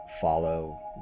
follow